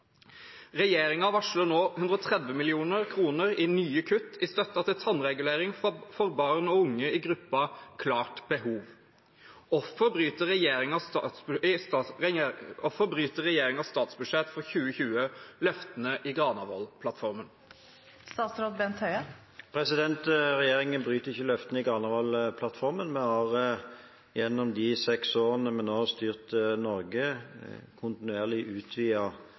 varsler nå 130 mill. kroner i nye kutt i støtten til tannregulering for barn og unge i gruppen «klart behov». Hvorfor bryter regjeringens statsbudsjett for 2020 løftene i Granavolden-plattformen?» Regjeringen bryter ikke løftene i Granavolden-plattformen. Vi har gjennom de seks årene vi nå har styrt Norge, kontinuerlig